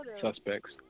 suspects